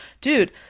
dude